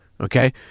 Okay